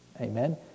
Amen